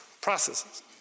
processes